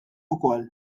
ukoll